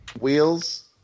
Wheels